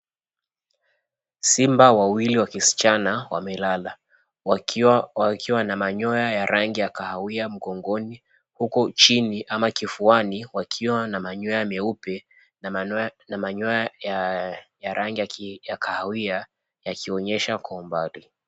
Simba wawili wa kischana, wamelala. Wakiwa na manyoya ya rangi ya kahawia mgogoni huku chini ama kifuani wakiwa na manyoya meupe na manoya na manyoya ya rangi ya ki kahawia yakionyesha kwa umbali.